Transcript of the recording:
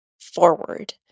forward